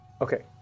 Okay